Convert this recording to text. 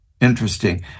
Interesting